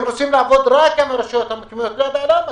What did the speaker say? הם רוצים לעבוד רק עם הרשויות המקומיות ואני לא יודע למה.